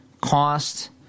cost